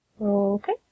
Okay